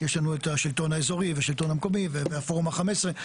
יש לנו את השלטון האזורי והשלטון המקומי ופורום ה-15,